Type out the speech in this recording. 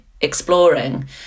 exploring